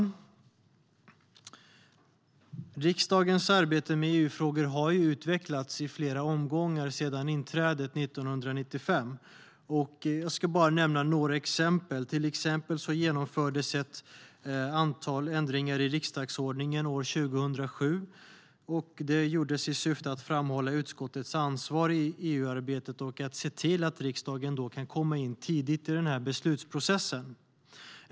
Riksdagens arbete med EU-frågor har utvecklats i flera omgångar sedan inträdet 1995. Jag ska bara nämna några exempel. Till exempel genomfördes ett antal ändringar i riksdagsordningen år 2007 i syfte att framhålla utskottens ansvar i EU-arbetet och se till att riksdagen kan komma in tidigt i beslutsprocessen.